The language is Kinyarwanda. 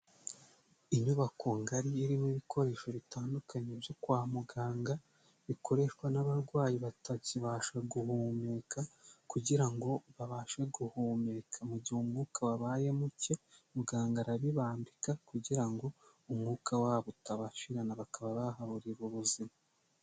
inyubako ngari irimo ibikoresho bitandukanye byo kwa muganga bikoreshwa n'abarwayi batakibasha guhumeka kugira ngo babashe guhumeka, mu gihe umwuka wabaye muke muganga arabibambika kugira ngo umwuka wabo utabashirana bakaba bahaburira ubuzima.